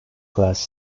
class